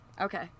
Okay